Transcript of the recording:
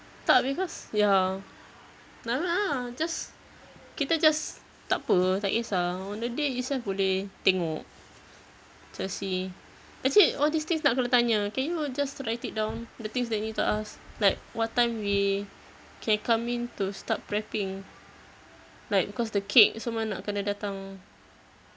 tak because ya nevermind ah just kita just takpe tak kesah on the day itself boleh tengok just see actually all these things nak kena tanya can you just write it down the things that we need to ask like what time we can come in to start prepping like cause the cake semua nak kena datang